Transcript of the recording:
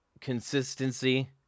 ...consistency